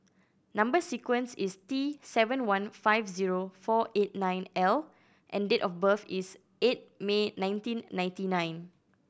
number sequence is T seven one five zero four eight nine L and date of birth is eight May nineteen ninety nine